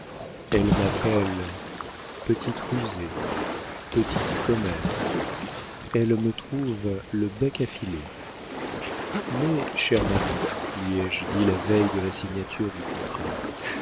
elle m'appelle petite rusée petite commère elle me trouve le bec affilé mais chère maman lui ai-je dit la veille de la signature du contrat